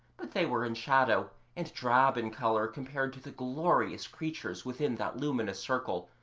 but they were in shadow and drab in colour compared to the glorious creatures within that luminous circle,